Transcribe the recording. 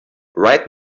right